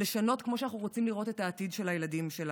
כמו שאנחנו רוצים לראות את העתיד של הילדים שלנו.